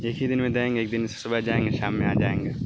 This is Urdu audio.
ایک ہی دن میں دیں گے ایک دن صبح جائیں گے شام میں آ جائیں گے